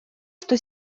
что